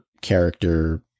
character